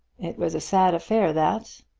it was a sad affair, that.